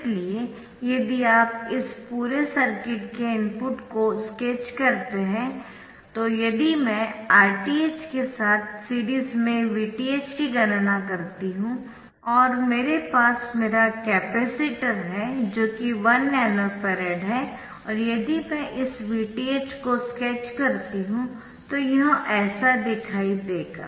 इसलिए यदि आप इस पूरे सर्किट के इनपुट को स्केच करते है तो यदि मैं Rth के साथ सीरीज में Vth की गणना करती हूं और मेरे पास मेरा कैपेसिटर है जो कि 1 नैनोफैरड है और यदि मैं इस Vth को स्केच करती हूं तो यह ऐसा दिखाई देगा